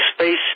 space